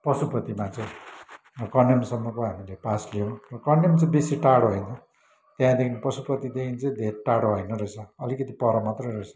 पशुपतिमा चाहिँ कन्यामसम्मको हामीले पास लियौँ र कन्याम चाहिँ बेसी टाढो होइन त्यहाँदेखि पशुपतिदेखि चाहिँ धेर टाढो होइन रहेछ अलिकति पर मात्रै रहेछ